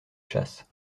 chasse